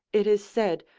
it is said,